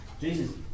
Jesus